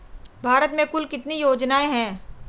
भारत में कुल कितनी योजनाएं हैं?